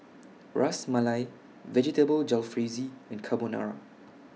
Ras Malai Vegetable Jalfrezi and Carbonara